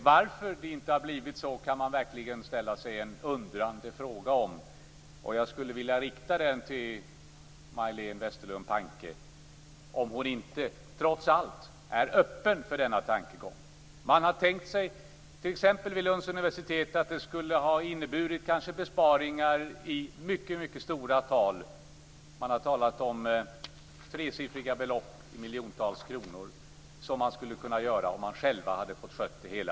Varför det inte blivit så kan man verkligen undra. Jag skulle vilja rikta frågan till Majléne Westerlund Panke om hon inte trots allt är öppen för denna tankegång. T.ex. vid Lunds universitet skulle det kanske ha inneburit besparingar till mycket höga belopp. Det har talats om tresiffriga tal i miljontals kronor som man skulle ha kunnat spara om man själv hade fått sköta det hela.